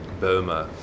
Burma